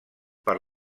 per